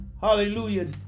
hallelujah